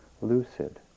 lucid